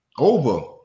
over